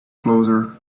closer